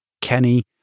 Kenny